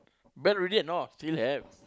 ban already or not still have